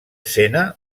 cena